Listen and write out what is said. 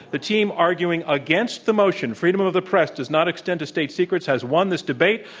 the team arguing against the motion, freedom of the press does not extend to state secrets, has won this debate.